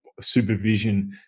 Supervision